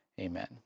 Amen